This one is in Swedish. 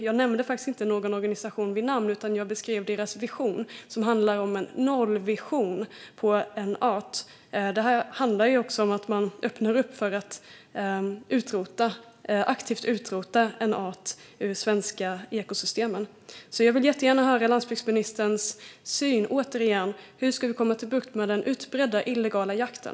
Jag nämnde faktiskt inte någon organisation vid namn, utan jag beskrev deras visioner, som handlar om en nollvision på en art. Jakten öppnar för att aktivt utrota en art ur de svenska ekosystemen. Jag vill gärna höra landsbygdsministerns uppfattning om hur vi ska få bukt med den utbredda illegala jakten.